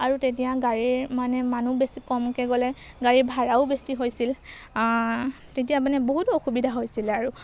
আৰু তেতিয়া গাড়ীৰৰ মানে মানুহ বেছি কমকৈ গ'লে গাড়ীৰ ভাড়াও বেছি হৈছিল তেতিয়া মানে বহুতো অসুবিধা হৈছিলে আৰু